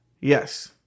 Yes